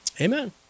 Amen